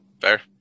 Fair